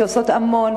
שעושים המון,